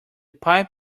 pipe